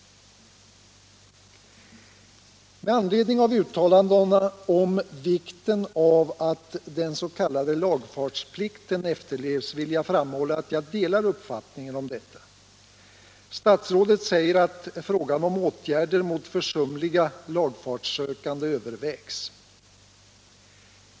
Med anledning av uttalandena om vikten av att den s.k. lagfartsplikten efterlevs vill jag framhålla att jag delar uppfattningen om detta. Statsrådet säger att frågan om åtgärder mot försumliga lagfartssökande övervägs.